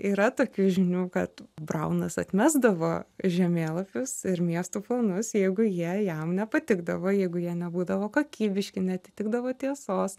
yra tokių žinių kad braunas atmesdavo žemėlapius ir miestų planus jeigu jie jam nepatikdavo jeigu jie nebūdavo kokybiški neatitikdavo tiesos